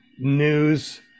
news